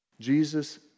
Jesus